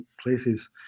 places